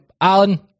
Alan